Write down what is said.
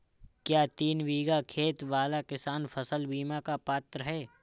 क्या तीन बीघा खेत वाला किसान फसल बीमा का पात्र हैं?